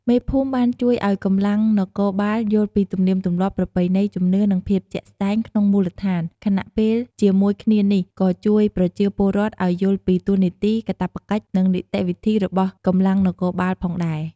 មេភូមិបានជួយឲ្យកម្លាំងនគរបាលយល់ពីទំនៀមទម្លាប់ ប្រពៃណី ជំនឿ និងភាពជាក់ស្ដែងក្នុងមូលដ្ឋាន ខណៈពេលជាមួយគ្នានេះ ក៏ជួយប្រជាពលរដ្ឋឲ្យយល់ពីតួនាទី កាតព្វកិច្ច និងនីតិវិធីរបស់កម្លាំងនគរបាលផងដែរ។